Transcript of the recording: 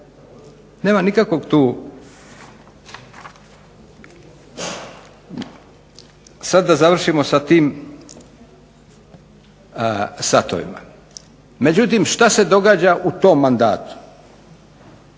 Nema nikakvog tu. Sad da završimo sa tim satovima. Međutim, što se događa u tom mandatu?